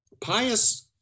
pious